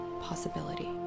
possibility